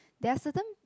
there are certain